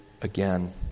again